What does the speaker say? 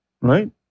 Right